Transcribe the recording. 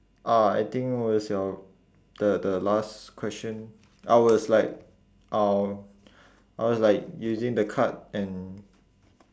uh I think was your the the last question I was like uh I was like using the card and